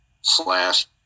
slash